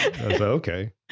okay